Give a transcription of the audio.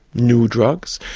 new drugs.